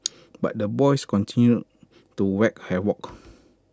but the boys continued to wreak havoc